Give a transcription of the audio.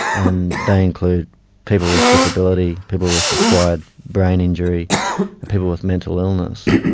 and they include people with disability, people with acquired brain injury, and people with mental illness.